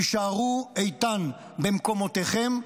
תישארו איתן במקומותיכם,